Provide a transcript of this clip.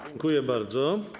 Dziękuję bardzo.